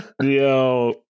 Yo